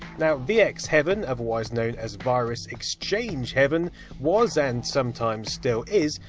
now, vx heaven, otherwise known as virus xchange heaven was, and sometimes, still is,